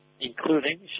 including